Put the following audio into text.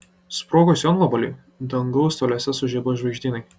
sprogus jonvabaliui dangaus toliuose sužibo žvaigždynai